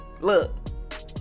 Look